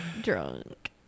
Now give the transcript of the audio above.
drunk